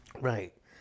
right